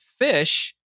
fish